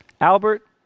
Albert